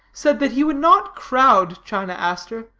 said that he would not crowd china aster,